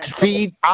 feed